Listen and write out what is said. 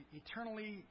eternally